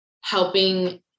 helping